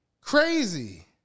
Crazy